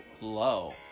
low